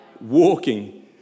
walking